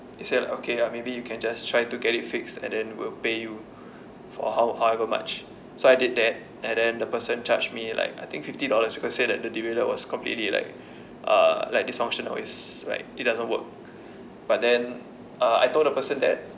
he said okay ah maybe you can just try to get it fixed and then we'll pay you for how however much so I did that and then the person charged me like I think fifty dollars because he say that the derailleur was completely like uh like dysfunctional it's like it doesn't work but then uh I told the person that